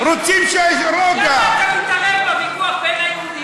רוצים רוגע, למה אתה מתערב בוויכוח בין היהודים,